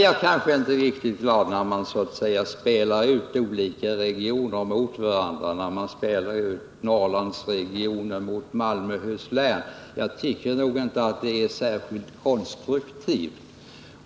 Sedan är jag inte riktigt glad åt att man spelar ut olika regioner mot varandra — i det här fallet Norrlandsregionen mot Malmöhus län. Jag tycker inte att det är så särskilt konstruktivt.